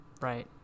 right